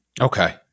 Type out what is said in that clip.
Okay